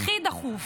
הכי דחוף,